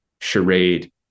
charade